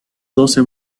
doce